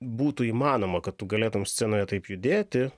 būtų įmanoma kad tu galėtum scenoje taip judėti